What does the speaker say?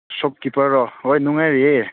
ꯁꯣꯞꯀꯤꯄꯔꯔꯣ ꯍꯣꯏ ꯅꯨꯡꯉꯥꯏꯔꯤꯌꯦ